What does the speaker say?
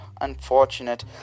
unfortunate